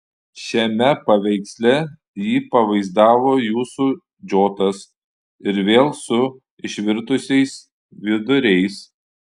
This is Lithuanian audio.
šiame paveiksle jį pavaizdavo jūsų džotas ir vėl su išvirtusiais viduriais